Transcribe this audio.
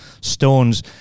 Stone's